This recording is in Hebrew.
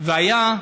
בבקשה.